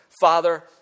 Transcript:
Father